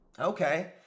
Okay